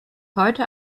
heute